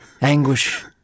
Anguish